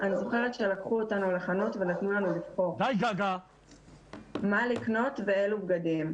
אני זוכרת שלקחו אותנו לחנות ונתנו לנו לבחור מה לקנות ואילו בגדים.